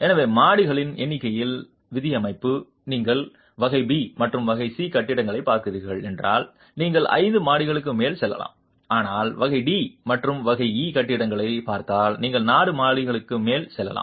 எனவே மாடிகளின் எண்ணிக்கையில் விதியமைப்பு நீங்கள் வகை பி மற்றும் வகை சி கட்டிடங்களைப் பார்க்கிறீர்கள் என்றால் நீங்கள் 5 மாடிகளுக்கு மேலே செல்லலாம் ஆனால் வகை டி மற்றும் வகை இ கட்டிடங்களைப் பார்த்தால் நீங்கள் 4 மாடிகளுக்கு மேலே செல்லலாம்